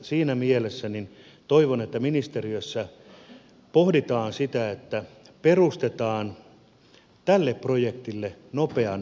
siinä mielessä toivon että ministeriössä pohditaan sitä että perustetaan tälle projektille nopean toiminnan joukot